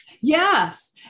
Yes